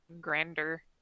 grander